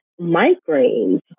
migraines